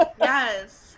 Yes